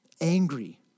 angry